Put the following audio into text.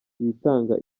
yitanga